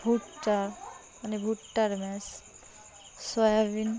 ভুট্টা মানে ভুট্টার ম্যাশ সয়াবিন